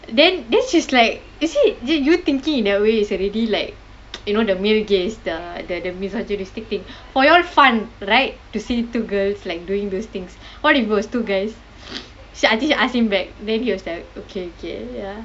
then then she's like is he did you thinking in that way it's already like you know the male gaze the the misogynistic thing for you all fun right to see two girls like doing those things what if it was two guys she I think she ask him back then he was like okay okay ya